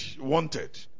wanted